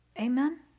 Amen